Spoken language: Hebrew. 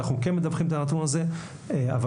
אנחנו כן מדווחים את הנתון הזה לייעוץ המשפטי